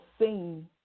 seen